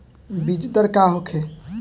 बीजदर का होखे?